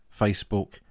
Facebook